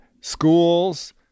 schools